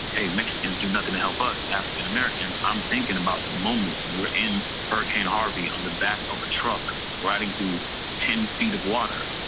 hey, mexicans do nothing to help us as african-americans, i'm thinking about the moment we're in hurricane harvey on the back of a truck riding through ten feet of water.